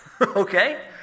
Okay